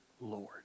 Lord